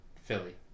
Philly